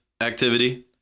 activity